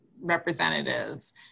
representatives